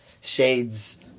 shades